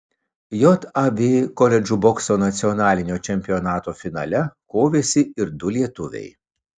jav koledžų bokso nacionalinio čempionato finale kovėsi ir du lietuviai